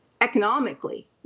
economically